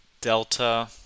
delta